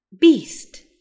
beast